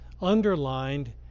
underlined